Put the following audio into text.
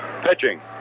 pitching